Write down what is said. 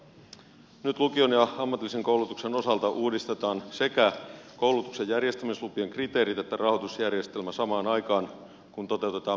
nyt lukion ja ammatillisen koulutuksen osalta uudistetaan sekä koulutuksen järjestämislupien kriteerit että rahoitusjärjestelmä samaan aikaan kun toteutetaan mittavia säästöjä